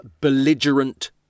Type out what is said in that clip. belligerent